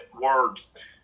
words